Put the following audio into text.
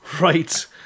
Right